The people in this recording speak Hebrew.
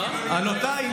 תהיה רגוע.